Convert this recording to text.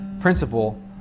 principle